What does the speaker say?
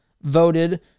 voted